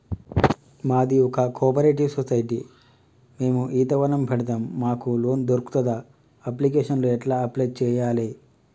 మాది ఒక cooperative society మేము ఈత వనం పెడతం మాకు లోన్ దొర్కుతదా? అప్లికేషన్లను ఎట్ల అప్లయ్ చేయాలే?